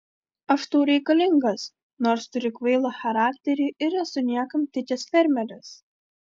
aš tau reikalingas nors turiu kvailą charakterį ir esu niekam tikęs fermeris